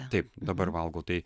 taip dabar valgau tai